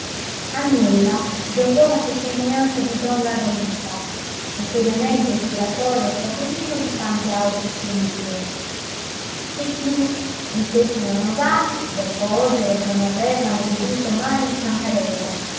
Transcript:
a nulla giovò la testimonianza di don lagàipa notoriamente ispiratore a spatolino di tante altre follie che più gli stessi manovali deposero che non avevano veduto mai il ciancarella